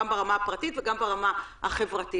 גם ברמה הפרטית וגם ברמה החברתית.